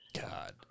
God